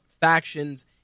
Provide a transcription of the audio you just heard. factions